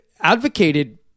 advocated